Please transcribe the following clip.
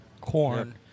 corn